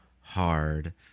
hard